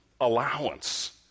allowance